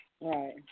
Right